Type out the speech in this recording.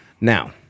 Now